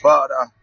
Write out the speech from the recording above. Father